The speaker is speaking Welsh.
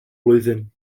blwyddyn